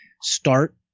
start